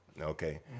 Okay